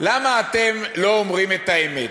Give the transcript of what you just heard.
למה אתם לא אומרים את האמת?